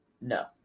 no